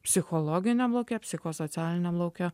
psichologiniam lauke psichosocialiniam lauke